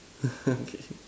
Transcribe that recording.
okay